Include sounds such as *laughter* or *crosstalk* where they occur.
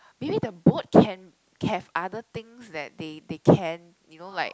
maybe the boat *breath* can have other things that they they *breath* can you know like